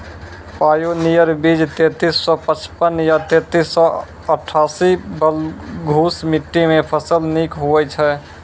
Pioneer बीज तेंतीस सौ पचपन या तेंतीस सौ अट्ठासी बलधुस मिट्टी मे फसल निक होई छै?